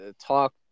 talk